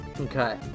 Okay